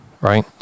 right